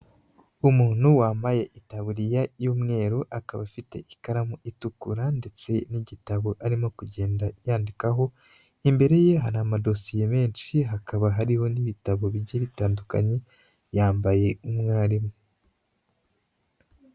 Umuntu wambaye itabuririya y'umweru akaba afite ikaramu itukura ndetse n'igitabo arimo kugenda yandikaho, imbere ye hari amadosiye menshi hakaba hariho n'ibitabo bijyiye bitandukanye yambaye umwarimu.